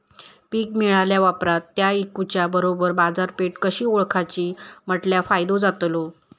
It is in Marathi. पीक मिळाल्या ऑप्रात ता इकुच्या बरोबर बाजारपेठ कशी ओळखाची म्हटल्या फायदो जातलो?